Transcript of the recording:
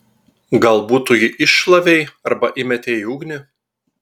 galbūt tu jį iššlavei arba įmetei į ugnį